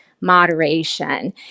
moderation